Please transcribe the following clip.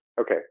Okay